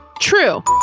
True